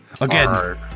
Again